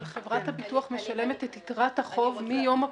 אבל חברת הביטוח משלמת את החוב מיום הפטירה.